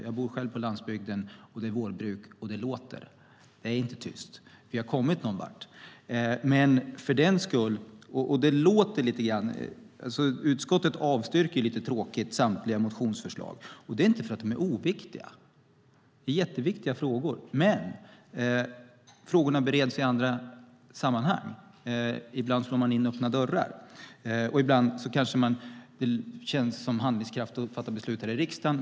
Jag bor själv på landsbygden, det är vårbruk, och det låter. Det är inte tyst. Vi har kommit någon vart. Utskottet avstyrker samtliga motionsförslag, vilket är lite tråkigt. Det är inte för att de är oviktiga. Det är mycket viktiga frågor. Men frågorna bereds i andra sammanhang. Ibland slår man in öppna dörrar, och ibland känns det som handlingskraftigt att fatta beslut här i riksdagen.